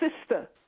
sister